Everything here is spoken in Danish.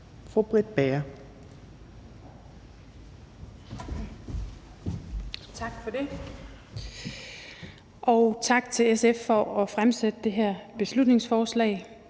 Britt Bager (KF): Tak for det, og tak til SF for at fremsætte det her beslutningsforslag.